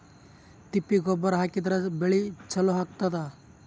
ತಿಪ್ಪಿ ಗೊಬ್ಬರ ಹಾಕಿದ್ರ ಬೆಳಿ ಚಲೋ ಆಗತದ?